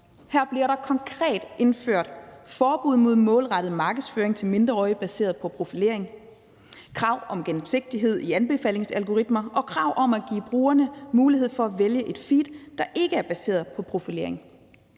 Her bliver der konkret indført forbud mod målrettet markedsføring til mindreårige baseret på profilering, krav om gennemsigtighed i anbefalingsalgoritmer, krav om at give brugerne mulighed for at vælge et feed, der ikke er baseret på profilering,